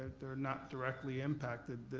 they're not directly impacted,